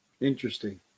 Interesting